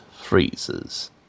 freezes